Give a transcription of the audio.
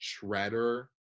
Shredder